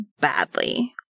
badly